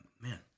man